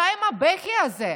די עם הבכי הזה.